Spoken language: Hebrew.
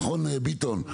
נכון ביטון?